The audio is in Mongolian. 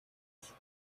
алга